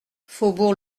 faubourg